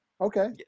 Okay